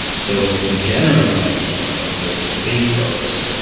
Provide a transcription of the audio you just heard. so the general management of the the big forests,